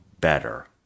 better